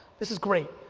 this is great.